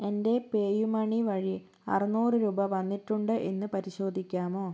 എൻ്റെ PayUmoney വഴി അറുനൂറ് രൂപ വന്നിട്ടുണ്ടോ എന്ന് പരിശോധിക്കാമോ